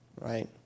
Right